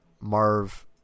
Marv